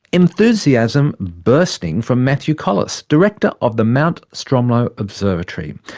enthusiasm bursting from matthew colless director of the mount stromlo observatory.